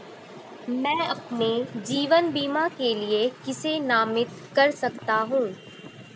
मैं अपने जीवन बीमा के लिए किसे नामित कर सकता हूं?